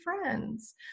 friends